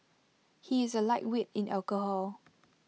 he is A lightweight in alcohol